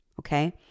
okay